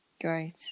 Great